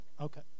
Okay